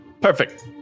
Perfect